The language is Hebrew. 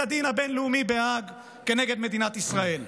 הדין הבין-לאומי בהאג כנגד מדינת ישראל.